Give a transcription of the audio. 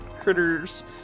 critters